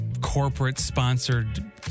corporate-sponsored